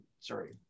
Sorry